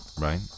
Right